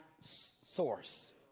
source